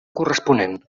corresponent